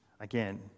again